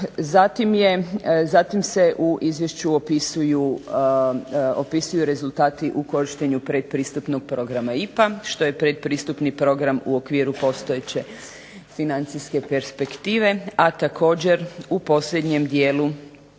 Zatim se u izvješću opisuju rezultati u korištenju pretpristupnog programa IPA, što je pretpristupni program u okviru postojeće financijske perspektive, a također u posljednjem dijelu